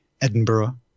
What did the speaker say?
Edinburgh